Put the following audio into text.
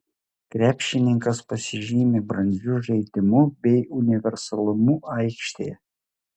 krepšininkas pasižymi brandžiu žaidimu bei universalumu aikštėje